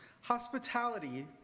Hospitality